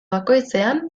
bakoitzean